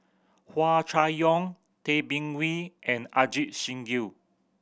Hua Chai Yong Tay Bin Wee and Ajit Singh Gill